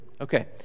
Okay